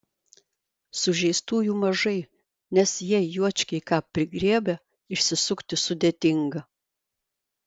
sužeistųjų mažai nes jei juočkiai ką prigriebia išsisukti sudėtinga